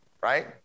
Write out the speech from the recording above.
Right